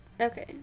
Okay